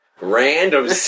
Random